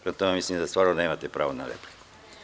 Prema tome, mislim da stvarno nemate pravo na repliku.